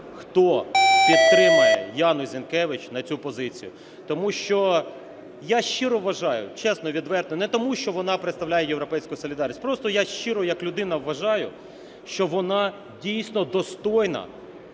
хто підтримає Яну Зінкевич на цю позицію, тому що я щиро вважаю, чесно, відверто, не тому, що вона представляє "Європейську солідарність", просто я щиро як людина вважаю, що вона дійсно достойна